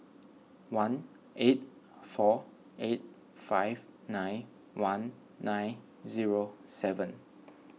one eight four eight five nine one nine zero seven